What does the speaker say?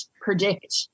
predict